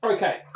Okay